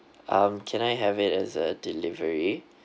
um can I have it as a delivery